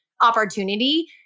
opportunity